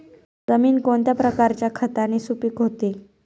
जमीन कोणत्या प्रकारच्या खताने सुपिक होते?